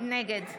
נגד